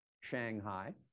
Shanghai